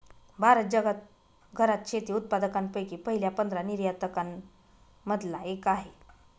भारत जगात घरात शेती उत्पादकांसाठी पहिल्या पंधरा निर्यातकां न मधला एक आहे